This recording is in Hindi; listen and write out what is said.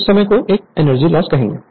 उस समय को हम एनर्जी लॉस कहेंगे